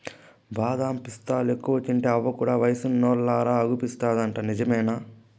బాదం పిస్తాలెక్కువ తింటే అవ్వ కూడా వయసున్నోల్లలా అగుపిస్తాదంట నిజమేనా